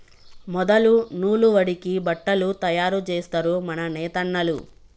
మొదలు నూలు వడికి బట్టలు తయారు జేస్తరు మన నేతన్నలు